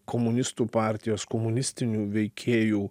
komunistų partijos komunistinių veikėjų